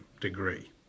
degree